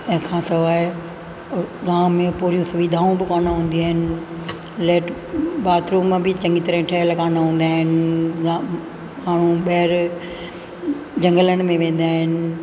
तंहिं खां सवाइ गाम में पूरियूं सुविधाऊं बि कोन हूंदियूं आहिनि लैट बाथरुम भी चङी तरह ठहियलु कोन हूंदा आहिनि या माण्हू ॿाहिरि जंगलनि में वेंदा आहिनि